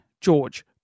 George